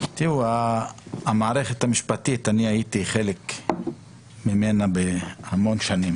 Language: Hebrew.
אני הייתי חלק מהמערכת המשפטית המון שנים